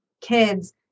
kids